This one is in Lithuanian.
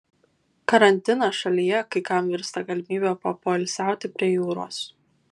karantinas šalyje kai kam virsta galimybe papoilsiauti prie jūros